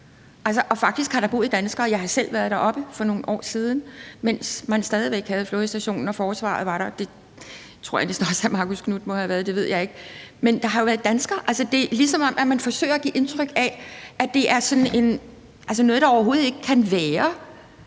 Faktisk har der boet danskere. Jeg har selv været deroppe for nogle år siden, mens man stadig væk havde flådestationen og forsvaret var der. Det tror jeg vist også hr. Marcus Knuth må have været, det ved jeg ikke. Men der har jo været danskere. Altså, det er, som om man forsøger at give indtryk af, at det er sådan noget, der overhovedet ikke kan være.